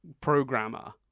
programmer